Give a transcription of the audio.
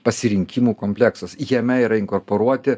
pasirinkimų kompleksas jame yra inkorporuoti